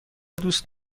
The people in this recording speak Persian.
دوست